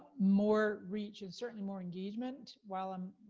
more reach, and certainly more engagement, while i'm,